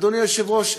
אדוני היושב-ראש?